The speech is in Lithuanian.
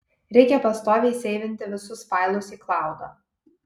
reikia pastoviai seivinti visus failus į klaudą